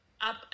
up